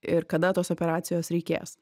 ir kada tos operacijos reikės